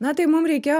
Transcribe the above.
na tai mum reikėjo